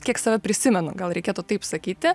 kiek save prisimenu gal reikėtų taip sakyti